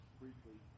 briefly